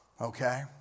okay